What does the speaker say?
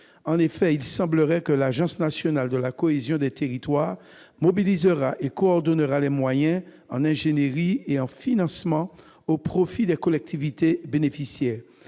En effet, il semble que l'Agence nationale pour la cohésion des territoires, l'ANCT, « mobilisera et coordonnera les moyens en ingénierie et en financements au profit des collectivités bénéficiaires